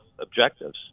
objectives